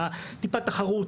עם טיפה תחרות,